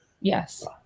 Yes